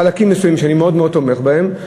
חלקים מסוימים שאני מאוד מאוד תומך בהם,